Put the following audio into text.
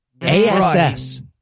ASS